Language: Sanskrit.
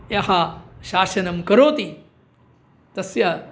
यः शासनं करोति तस्य